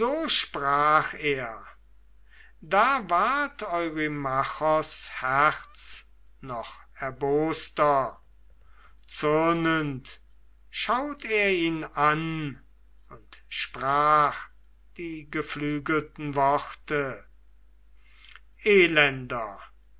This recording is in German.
sprach er da ward eurymachos herz noch erboster zürnend schaut er ihn an und sprach die geflügelten worte elender